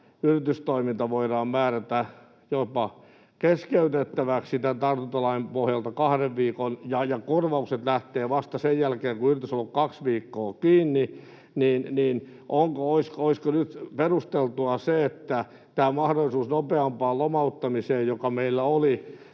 yritystoiminta voidaan määrätä jopa keskeytettäväksi tämän tartuntalain pohjalta kahden viikon ajaksi, ja korvaukset lähtevät vasta sen jälkeen, kun yritys on ollut kaksi viikkoa kiinni. Olisiko nyt perusteltua se, että tämä mahdollisuus nopeampaan lomauttamiseen, joka meillä oli